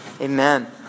amen